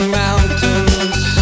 mountains